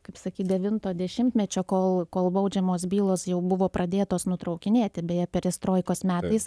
kaip sakyt devinto dešimtmečio kol kol baudžiamos bylos jau buvo pradėtos nutraukinėti beje perestroikos metais